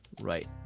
Right